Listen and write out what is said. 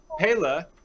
Pela